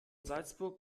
salzburg